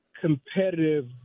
competitive